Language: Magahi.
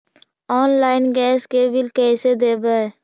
आनलाइन गैस के बिल कैसे देबै?